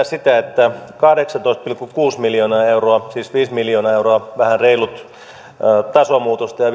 sitä että kahdeksantoista pilkku kuusi miljoonaa euroa siis viitenä miljoona euroa vähän reilut tasomuutosta ja